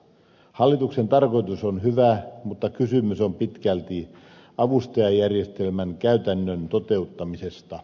hallituksen tarkoitus on hyvä mutta kysymys on pitkälti avustajajärjestelmän käytännön toteuttamisesta